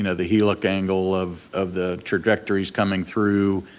and the helix angle of of the trajectories coming through.